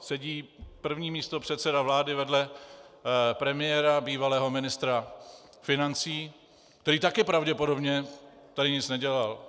Sedí první místopředseda vlády vedle premiéra, bývalého ministra financí, který také pravděpodobně tady nic nedělal.